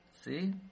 See